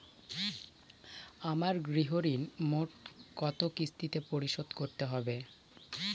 আমার গৃহঋণ মোট কত কিস্তিতে পরিশোধ করতে হবে?